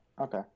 Okay